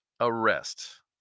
arrest